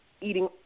eating